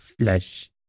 Flesh